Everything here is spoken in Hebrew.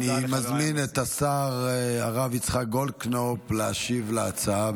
אני מזמין את השר הרב יצחק גולדקנופ להשיב על ההצעה.